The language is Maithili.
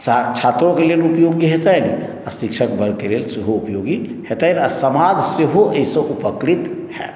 छात्रोके लेल उपयोगी हेतनि आ शिक्षक वर्गके लेल सेहो उपयोगी हेतनि आ समाज सेहो एहिसँ उपकृत होएत